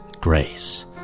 grace